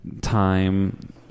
time